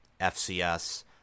FCS